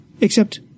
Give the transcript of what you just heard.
except